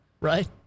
Right